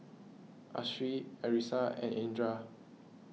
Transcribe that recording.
Hasif Arissa and Indra